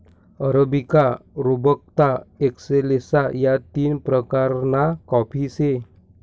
arabica, robusta, excelsa या तीन प्रकारना काफी से